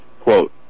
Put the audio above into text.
Quote